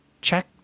check